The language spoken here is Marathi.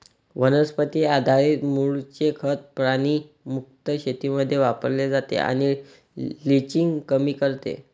वनस्पती आधारित मूळचे खत प्राणी मुक्त शेतीमध्ये वापरले जाते आणि लिचिंग कमी करते